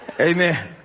Amen